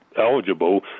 eligible